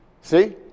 See